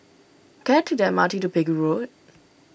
can I take the M R T to Pegu Road